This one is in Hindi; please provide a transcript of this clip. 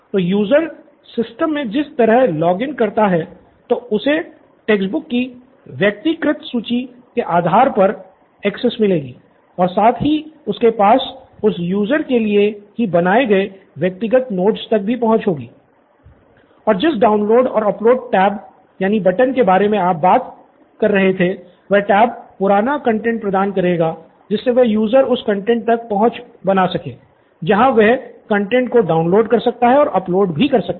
तो यूज़र के बारे मे आप बात कर रहे थे वह टैब पुराना कंटैंट प्रदान करेगा जिससे वह यूज़र उस कंटैंट तक पहुँच बना सके जहाँ से वह कंटैंट को डाउनलोड कर सकता है अपलोड भी कर सकता है